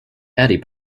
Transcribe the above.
addie